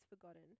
forgotten